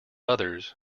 others